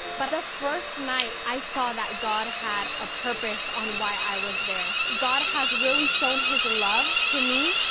but the first night i saw that god had a purpose on why i was there. god has really shown his love to me.